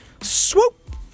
Swoop